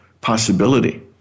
possibility